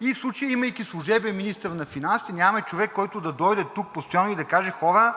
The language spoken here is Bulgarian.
И в случая, имайки служебен министър на финансите, нямаме човек, който да дойде тук постоянно и да каже: хора,